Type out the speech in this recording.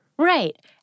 Right